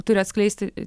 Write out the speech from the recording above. turi atskleisti